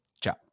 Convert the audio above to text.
Ciao